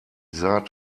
saat